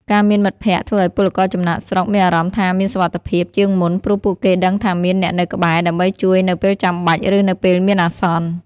ការមានមិត្តភក្តិធ្វើឱ្យពលករចំណាកស្រុកមានអារម្មណ៍ថាមាន សុវត្ថិភាព ជាងមុន ព្រោះពួកគេដឹងថាមានអ្នកនៅក្បែរដើម្បីជួយនៅពេលចាំបាច់ ឬនៅពេលមានអាសន្ន ។